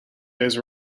days